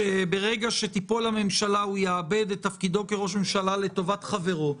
שברגע שתיפול הממשלה הוא יאבד את תפקידו כראש ממשלה לטובת חברו,